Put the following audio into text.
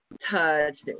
touch